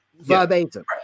verbatim